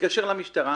הוא מתקשר למשטרה.